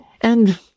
And